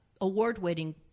award-winning